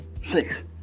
six